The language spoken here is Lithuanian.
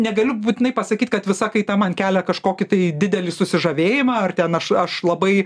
negaliu būtinai pasakyt kad visa kaita man kelia kažkokį tai didelį susižavėjimą ar ten aš aš labai